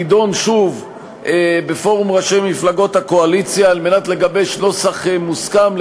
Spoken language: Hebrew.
תידון שוב בפורום ראשי מפלגות הקואליציה כדי לגבש נוסח מוסכם,